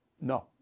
No